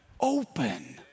open